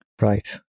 Right